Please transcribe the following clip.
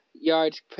yards